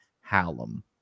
Hallam